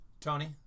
Tony